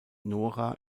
nora